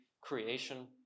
creation